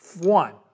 one